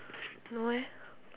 no eh